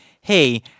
Hey